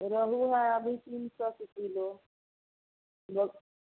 रोहू है अभी तीन सौ की किलो बो